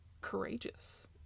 courageous